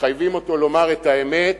מחייבים אותו לומר את האמת,